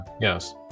yes